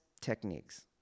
techniques